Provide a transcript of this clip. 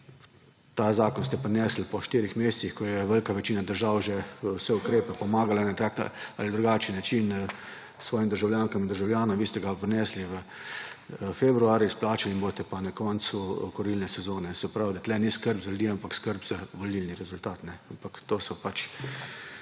Ta zakon ste prinesli po štirih mesecih, ko je velika večina držav že vse ukrepe pomagala na tak ali drugačen način svojim državljankam in državljanom vi ste ga pa prinesli v februarju, izplačali boste pa na koncu kurilne sezone se pravi, da tukaj ni skrb za ljudi, ampak skrb za volilni rezultat. To so pač